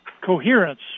coherence